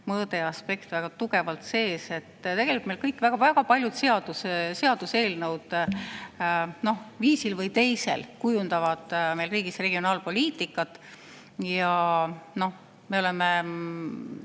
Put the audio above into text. mõõde ja aspekt väga tugevalt sees. Tegelikult väga paljud seaduseelnõud viisil või teisel kujundavad meil riigis regionaalpoliitikat. Me oleme